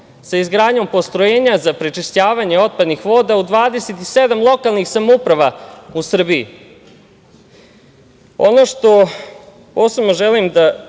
sa izgradnjom postrojenja za prečišćavanje otpadnih voda u 27 lokalnih samouprava u Srbiji. Ono što posebno želim da